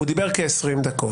הוא דיבר כעשרים דקות.